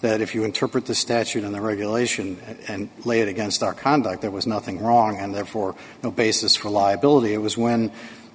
that if you interpret the statute in the regulation and laid against our conduct there was nothing wrong and therefore no basis for liability it was when